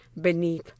beneath